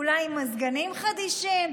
ואולי עם מזגנים חדישים.